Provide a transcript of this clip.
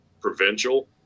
provincial